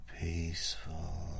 peaceful